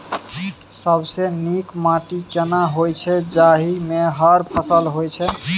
सबसे नीक माटी केना होय छै, जाहि मे हर फसल होय छै?